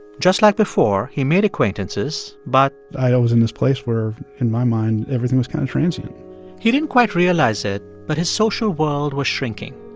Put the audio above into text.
just like before, he made acquaintances, but. i ah was in this place where, in my mind, everything was kind of transient he didn't quite realize it, but his social world was shrinking.